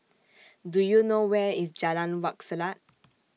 Do YOU know Where IS Jalan Wak Selat